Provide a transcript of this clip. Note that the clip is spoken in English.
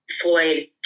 Floyd